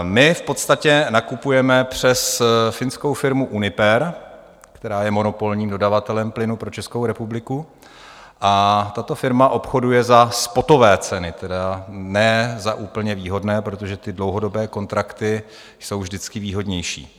My v podstatě nakupujeme přes finskou firmu Uniper, která je monopolním dodavatelem plynu pro Českou republiku, a tato firma obchoduje za spotové ceny, tedy ne za úplně výhodné, protože dlouhodobé kontrakty jsou vždycky výhodnější.